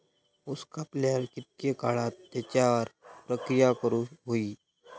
ऊस कापल्यार कितके काळात त्याच्यार प्रक्रिया करू होई?